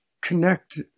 connect